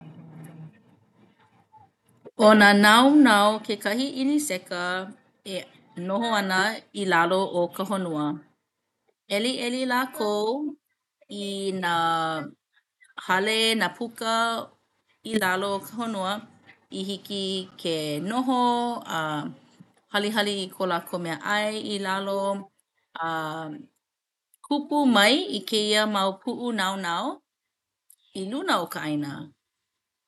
ʻO nā naonao kekahi ʻiniseka i noho ana i lalo o ka honua. ʻEliʻeli lākou i nā hale nā puka i lalo o ka honua i hiki ke noho, halihali i ko lākou meaʻai i lalo a kupu mai kēia mau puʻu naonao i luna o ka ʻāina.